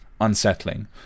unsettling